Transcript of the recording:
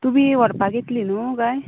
तुमी व्हरपाक येतली न्हू काय